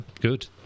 Good